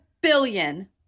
billion